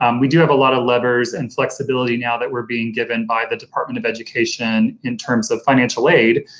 um we do have a lot of levers and flexibility now that we're being given by the department of education in terms of financial aid,